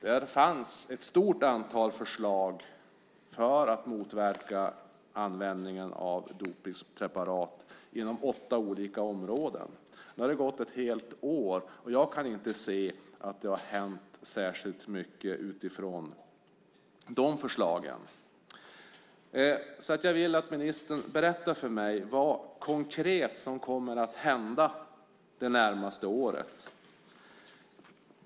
Där fanns ett stort antal förslag för att motverka användningen av dopningspreparat inom åtta olika områden. Nu har det gått ett helt år, och jag kan inte se att det har hänt särskilt mycket utifrån de förslagen. Jag vill att ministern berättar för mig vad som konkret kommer att hända det närmaste året.